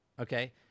okay